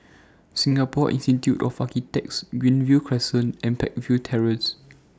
Singapore Institute of Architects Greenview Crescent and Peakville Terrace